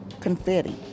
confetti